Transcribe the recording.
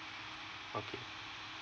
okay